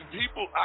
people